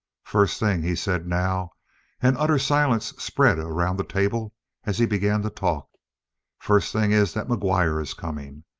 first thing, he said now and utter silence spread around the table as he began to talk first thing is that mcguire is coming.